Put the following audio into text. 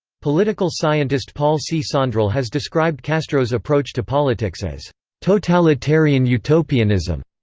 political scientist paul c sondrol has described castro's approach to politics as totalitarian utopianism,